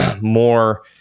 more